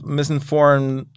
misinformed